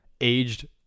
aged